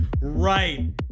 right